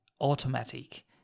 automatic